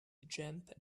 jump